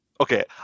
okay